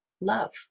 Love